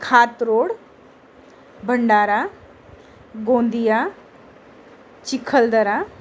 खात रोड भंडारा गोंदिया चिखलदरा